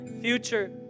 future